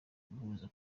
guhuza